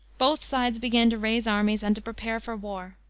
both sides began to raise armies and to prepare for war.